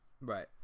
Right